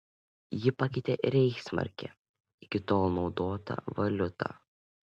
ji pakeitė reichsmarkę iki tol naudotą valiutą